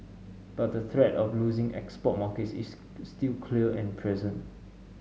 but the threat of losing export markets is still clear and present